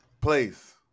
place